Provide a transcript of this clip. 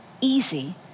easy